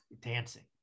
dancing